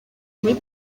muri